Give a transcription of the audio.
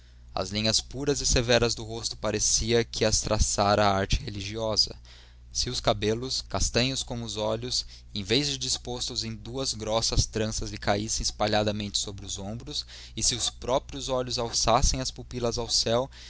as linhas puras e severas do rosto parecia que as traçara a arte religiosa se os cabelos castanhos como os olhos em vez de dispostos em duas grossas tranças lhe caíssem espalhadamente sobre os ombros e se os próprios olhos alçassem as pupilas ao céu